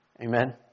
Amen